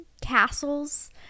castles